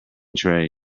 tray